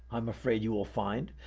i'm afraid you will find,